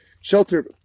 shelter